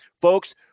Folks